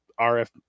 RF